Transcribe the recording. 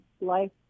life